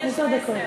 עשר דקות.